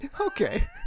Okay